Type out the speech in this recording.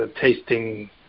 tasting